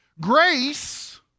Grace